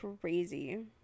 crazy